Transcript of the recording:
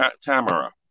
Tamara